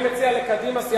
אני מציע לקדימה,